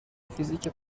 فیزیک